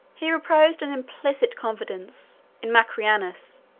he reposed an implicit confidence in macrianus,